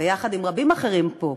ביחד עם רבים אחרים פה,